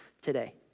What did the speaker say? today